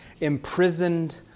imprisoned